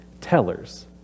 tellers